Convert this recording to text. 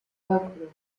erfolglos